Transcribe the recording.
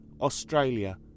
Australia